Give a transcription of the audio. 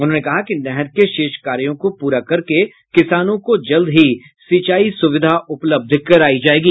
उन्होंने कहा कि नहर के शेष कार्यों को पूरा करके किसानों को जल्द ही सिंचाई सुविधा उपलब्ध करायी जायेगी